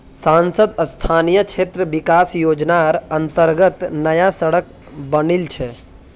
सांसद स्थानीय क्षेत्र विकास योजनार अंतर्गत नया सड़क बनील छै